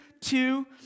Two